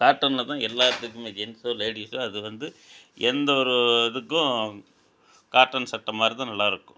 காட்டனில் தான் எல்லாத்துக்குமே ஜென்ஸோ லேடிஸோ அது வந்து எந்த ஒரு இதுக்கும் காட்டன் சட்டை மாதிரி தான் நல்லா இருக்கும்